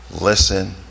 Listen